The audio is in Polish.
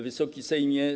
Wysoki Sejmie!